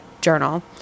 journal